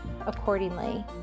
accordingly